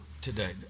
today